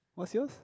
what's yours